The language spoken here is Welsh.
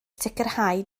sicrhau